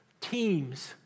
teams